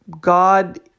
God